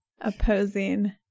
opposing